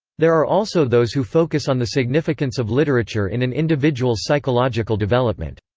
there are also those who focus on the significance of literature in an individual's psychological development.